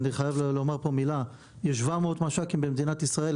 יש 700 מש"קים במדינת ישראל,